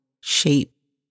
shape